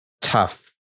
tough